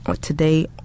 today